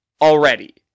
already